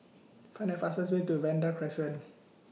Find The fastest Way to Vanda Crescent